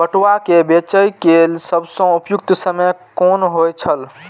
पटुआ केय बेचय केय सबसं उपयुक्त समय कोन होय छल?